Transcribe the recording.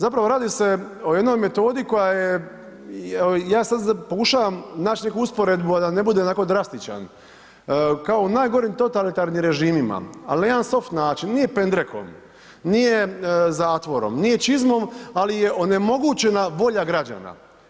Zapravo radi se o jednoj metodi koja je, ja sad pokušavam naći neku usporedbu, a da ne bude onako drastičan, kao najgorim totalitarnim režimima, al na jedan soft način, nije pendrekom, nije zatvorom, nije čizmom, ali je onemogućena volja građana.